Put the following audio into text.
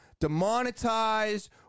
demonetized